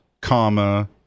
comma